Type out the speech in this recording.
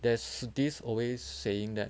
there's this always saying that